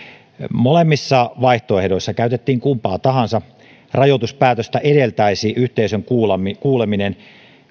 molemmissa vaihtoehdoissa käytettiin kumpaa tahansa rajoituspäätöstä edeltäisi yhteisön kuuleminen